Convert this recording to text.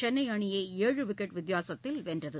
சென்னை அணியை ஏழு விக்கெட் வித்தியாசத்தில் வென்றது